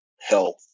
health